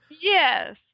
Yes